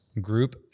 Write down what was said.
group